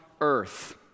earth